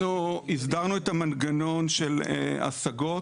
אנחנו הסדרנו את המנגנון של ההשגות,